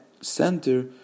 center